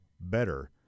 better